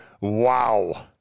Wow